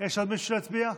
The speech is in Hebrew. יש עוד מישהו שלא הצביע?